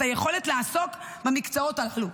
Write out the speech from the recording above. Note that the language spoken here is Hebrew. את היכולת לעסוק במקצועות הללו.